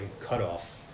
cutoff